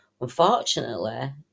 unfortunately